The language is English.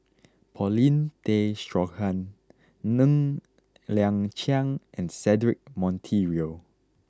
Paulin Tay Straughan Ng Liang Chiang and Cedric Monteiro